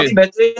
better